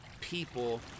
people